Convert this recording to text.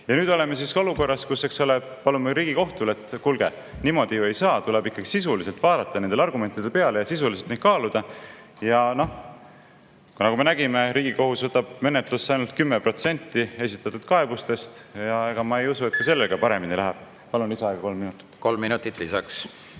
Ja nüüd oleme siis olukorras, kus, eks ole, palume Riigikohut, et kuulge, niimoodi ju ei saa, tuleb ikkagi sisuliselt vaadata nendele argumentidele peale ja sisuliselt neid kaaluda. Nagu me nägime, Riigikohus võtab menetlusse ainult 10% esitatud kaebustest. Ega ma ei usu, et ka sellega paremini läheb. Palun lisaaega kolm minutit. Kolm minutit lisaks.